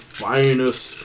finest